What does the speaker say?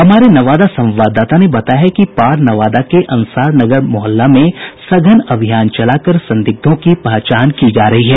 हमारे नवादा संवाददाता ने बताया है कि पार नवादा के अंसार नगर मोहल्ला में सघन अभियान चलाकर संदिग्धों की पहचान की जा रही है